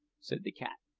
said the cat.